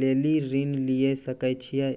लेली ऋण लिये सकय छियै?